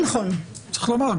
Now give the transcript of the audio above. צריך לומר,